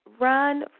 run